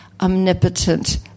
omnipotent